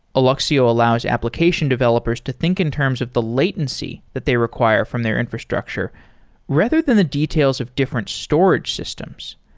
alluxio allows application developers to think in terms of the latency that they require from their infrastructure rather than the details of different storage systems.